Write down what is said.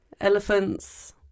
elephants